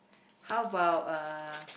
how about uh